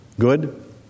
good